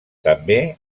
també